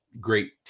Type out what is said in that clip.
great